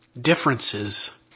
differences